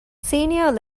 ސީނިއަރ